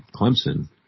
Clemson